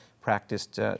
practiced